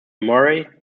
murray